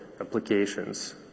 applications